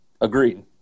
Agreed